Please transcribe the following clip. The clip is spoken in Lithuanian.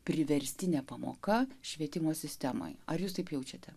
priverstinė pamoka švietimo sistemoje ar jūs taip jaučiatės